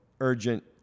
urgent